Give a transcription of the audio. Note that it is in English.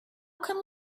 come